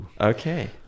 Okay